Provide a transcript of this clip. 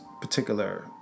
particular